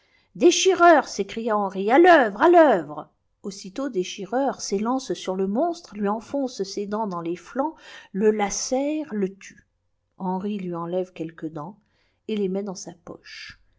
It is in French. déchireur s'écria henri à l'œuvre à l'œuvre aussitôt déchireur s'élance sur le monstre lui enfonce ses dents dans les flancs le lacère le tue henri lui enlève quelques dents et les met dans sa poche